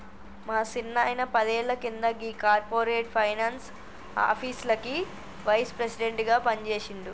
మా సిన్నాయిన పదేళ్ల కింద గీ కార్పొరేట్ ఫైనాన్స్ ఆఫీస్లకి వైస్ ప్రెసిడెంట్ గా పనిజేసిండు